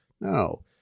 No